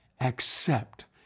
Accept